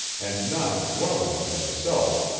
and not dwell in it himself,